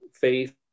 faith